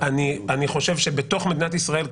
אני חושב שבתוך מדינת ישראל,